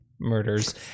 murders